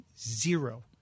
zero